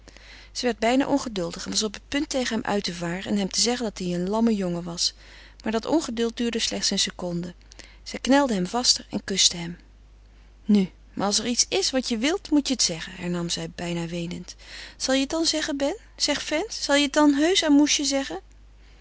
zij werd bijna ongeduldig en was op het punt tegen hem uit te varen en hem te zeggen dat hij een lamme jongen was maar dat ongeduld duurde slechts een seconde zij knelde hem vaster en kuste hem nu maar als er iets is wat je wilt moet je het zeggen hernam zij bijna weenend zal je het dan zeggen ben zeg vent zal je het dan heusch aan moesje zeggen